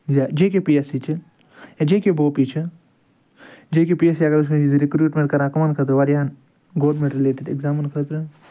یا J K P S C چھِ یا جے کے بوپی چھِ J K P S C اگر أسۍ وُچھو یہِ چھِ رِیکروٗٹمٮ۪نٛٹ کَران کٕمن خٲطرٕ وارِیاہن گورمِنٛٹ رِلیٚٹِڈ ایکزامن خٲطرٕ